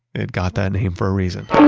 it got that name for a reason